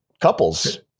couples